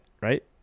right